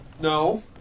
No